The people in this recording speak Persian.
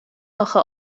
آخه